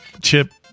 Chip